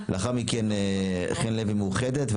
לאחר מכן חן לוי, מאוחדת.